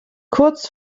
kurz